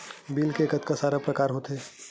Bill के कतका सारा प्रकार होथे?